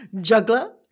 Juggler